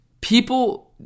people